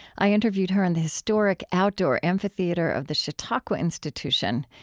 i interviewed her in the historic outdoor amphitheater of the chautauqua institution.